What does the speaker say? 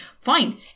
Fine